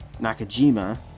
Nakajima